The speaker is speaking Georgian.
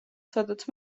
სადაც